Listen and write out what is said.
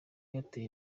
airtel